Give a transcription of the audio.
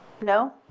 No